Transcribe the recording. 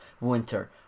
winter